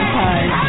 time